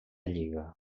lliga